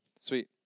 Sweet